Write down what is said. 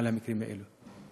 על המקרים האלה.